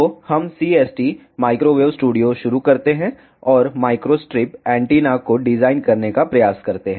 तो हम CST microwave studio शुरू करते हैं और माइक्रोस्ट्रिप एंटीना को डिजाइन करने का प्रयास करते हैं